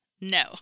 no